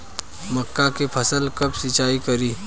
मका के फ़सल कब सिंचाई करी?